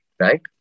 right